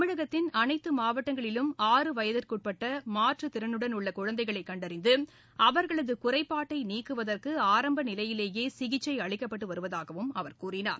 தமிழகத்தின் அனைத்து மாவட்டங்களிலும் ஆறு வயதிற்குட்பட்ட மாற்றுத் திறனுடன் உள்ள குழந்தைகளை கண்டறிந்து அவர்களது குறைபாட்டை நீக்குவதற்கு ஆரம்ப நிலையிலேயே சிகிச்சை அளிக்கப்பட்டு வருவதாகவும் அவர் கூறினார்